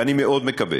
ואני מאוד מקווה,